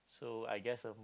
so I guess